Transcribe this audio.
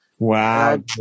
Wow